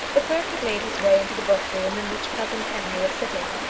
the clerk had made his way into the book-room in which cousin henry was sitting,